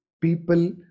people